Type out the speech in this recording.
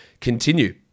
continue